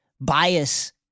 bias